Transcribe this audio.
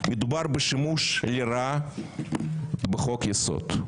מדובר בשימוש לרעה בחוק יסוד,